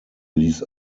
ließ